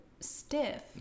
stiff